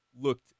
looked